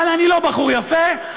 אני לא בחור יפה,